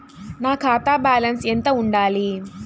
నా ఖాతా బ్యాలెన్స్ ఎంత ఉండాలి?